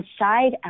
inside